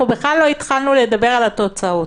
אנחנו בכלל לא התחלנו לדבר על התוצאות.